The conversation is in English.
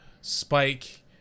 Spike